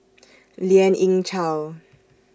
Lien Ying Chow